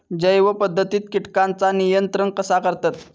जैव पध्दतीत किटकांचा नियंत्रण कसा करतत?